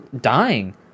dying